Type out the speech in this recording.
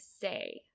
say